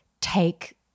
take